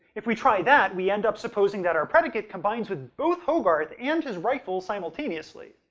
if we try that, we end up supposing that our predicate combines with both hogarth and his rifle simultaneously.